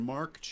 Mark